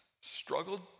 struggled